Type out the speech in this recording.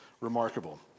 remarkable